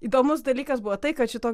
įdomus dalykas buvo tai kad šito